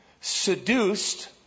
seduced